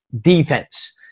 defense